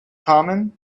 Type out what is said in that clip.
common